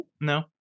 no